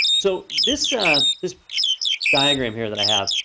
so this ah this diagram here that i have,